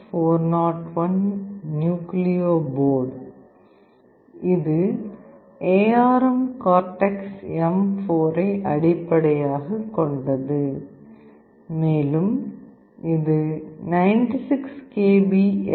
32F401 nucleo board இது A R M cortex ஐ அடிப்படையாகக் கொண்டது மேலும் இது 96 கிலோ பைட்ஸ் எஸ்